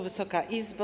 Wysoka Izbo!